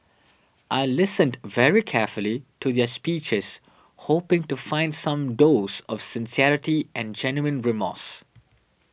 I listened very carefully to their speeches hoping to find some dose of sincerity and genuine remorse